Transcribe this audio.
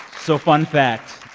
so fun fact,